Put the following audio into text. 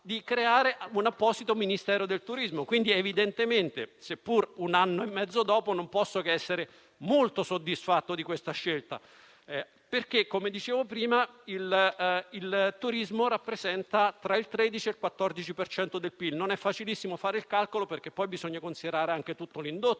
appunto, un apposito Ministero del turismo; quindi, evidentemente, seppur un anno e mezzo dopo, non posso che essere molto soddisfatto di questa scelta. Come dicevo prima, il turismo rappresenta tra il 13 e il 14 per cento del PIL; non è facilissimo fare il calcolo perché poi bisogna considerare anche tutto l'indotto